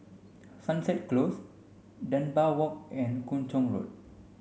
Sunset Close Dunbar Walk and Kung Chong Road